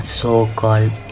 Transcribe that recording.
so-called